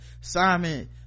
Simon